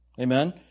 Amen